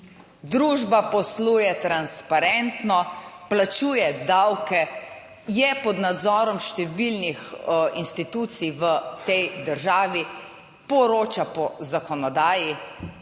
Družba posluje transparentno, plačuje davke, je pod nadzorom številnih institucij v tej državi, poroča po zakonodaji